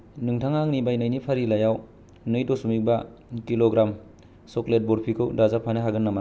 नोंथाङा आंनि बायनायनि फारिलाइयाव नै दस'मिक बा किल'ग्राम चक्लेट बरफिखौ दाजाबफानो हागोन नामा